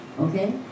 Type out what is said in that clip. okay